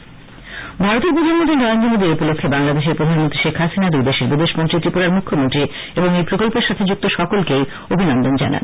rail প্রকল্প ভারতের প্রধানমন্ত্রী নরেন্দ্র মোদী এই উপলক্ষে বাংলাদেশের প্রধানমন্ত্রী শেখ হাসিনা দুই দেশের বিদেশমন্ত্রী ত্রিপুরার মুখ্যমন্ত্রী এবং এই প্রকল্পের সাথে যুক্ত সকলকেই বিশেষভাবে অভিনন্দন জানান